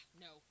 no